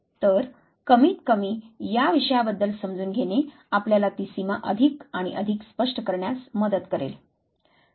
तर कमीतकमी या विषयाबद्दल समजून घेणे आपल्याला ती सीमा अधिक आणि अधिक स्पष्ट करण्यास मदत करेल